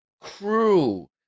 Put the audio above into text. crew